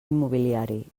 immobiliari